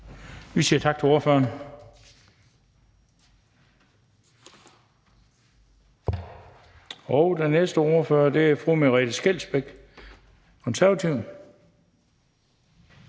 Vi siger tak til ordføreren. Og den næste ordfører er fru Merete Scheelsbeck, Konservative.